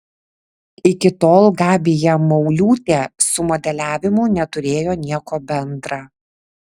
iki tol gabija mauliūtė su modeliavimu neturėjo nieko bendra